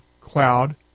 cloud